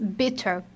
bitter